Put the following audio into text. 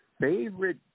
favorite